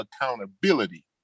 accountability